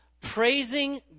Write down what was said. praising